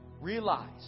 Realize